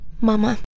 Mama